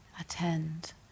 attend